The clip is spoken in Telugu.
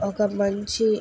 ఒక మంచి